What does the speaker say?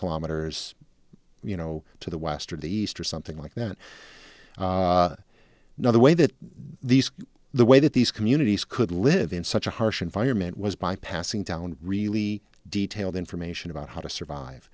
kilometers you know to the western the easter something like that another way that these the way that these communities could live in such a harsh environment was by passing down really detailed information about how to survive